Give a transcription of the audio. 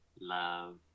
love